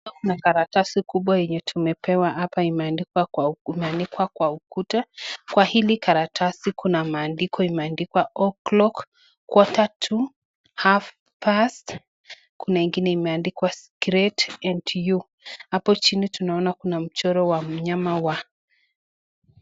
Hapa kuna karatasi kubwa yenye tumepewa hapa imeandikwa Kwa ukuta. Kwa hili karatasi Kuna maandiko imeandikwa o'clock , kwa tatu half past , kuna ngine imeandikwa [c's] secret and you ,hapo jini tunaona kuna mchoro wa mnyama wa.